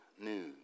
news